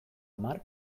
hamar